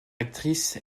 actrice